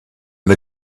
and